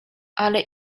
ale